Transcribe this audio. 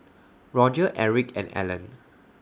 Roger Erick and Ellen